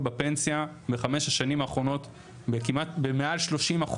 בפנסיה בחמש השנים האחרונות במעל 30%,